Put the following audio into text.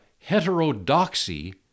heterodoxy